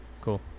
Cool